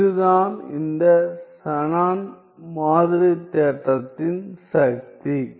இதுதான் இந்த ஷானன் மாதிரி தேற்றத்தின் சக்தி